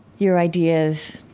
your ideas,